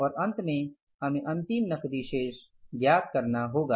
और अंत में हमें अंतिम नकदी शेष ज्ञात करना होगा